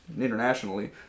internationally